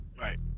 Right